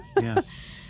yes